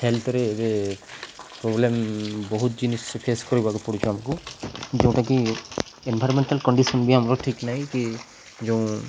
ହେଲ୍ଥରେ ଏବେ ପ୍ରୋବ୍ଲେମ୍ ବହୁତ ଜିନିଷ ଫେସ୍ କରିବାକୁ ପଡ଼ୁଛି ଆମକୁ ଯେଉଁଟାକି ଏନଭାରମେଣ୍ଟାଲ କଣ୍ଡିସନ ବି ଆମର ଠିକ୍ ନାହିଁ କି ଯେଉଁ